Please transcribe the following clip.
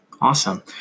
Awesome